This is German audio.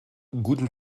guten